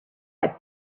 had